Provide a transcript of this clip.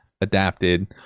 adapted